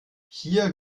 hier